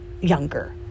younger